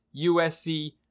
USC